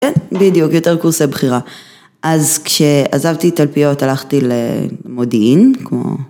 בדיוק יותר קורסי בחירה אז כשעזבתי תלפיות הלכתי למודיעין